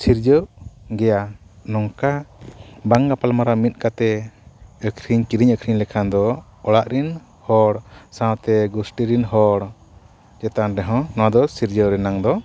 ᱥᱤᱨᱡᱟᱹᱜ ᱜᱮᱭᱟ ᱱᱚᱝᱠᱟ ᱵᱟᱝ ᱜᱟᱯᱟᱞ ᱢᱟᱨᱟᱣ ᱢᱤᱫ ᱠᱟᱛᱮᱫ ᱟᱹᱠᱷᱨᱤᱧ ᱠᱤᱨᱤᱧ ᱟᱹᱠᱷᱨᱤᱧ ᱞᱮᱠᱷᱟᱱ ᱫᱚ ᱚᱲᱟᱜ ᱨᱮᱱ ᱦᱚᱲ ᱥᱟᱶᱛᱮ ᱜᱩᱥᱴᱤ ᱨᱮᱱ ᱦᱚᱲ ᱪᱮᱛᱟᱱ ᱨᱮ ᱦᱚᱸ ᱱᱚᱣᱟ ᱫᱚ ᱥᱤᱨᱡᱟᱹᱣ ᱨᱮᱱᱟᱜ ᱫᱚ